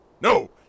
No